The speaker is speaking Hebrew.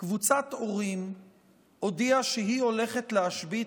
קבוצת הורים הודיעה שהיא הולכת להשבית